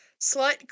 slut